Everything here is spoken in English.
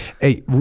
Hey